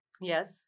Yes